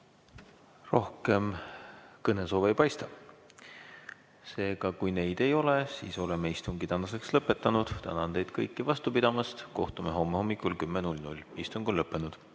Rohkem kõnesoove ei paista. Seega, kui neid ei ole, siis oleme istungi tänaseks lõpetanud. Tänan teid kõiki vastu pidamast! Kohtume homme hommikul kell 10. Istung on lõppenud.